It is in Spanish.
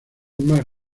más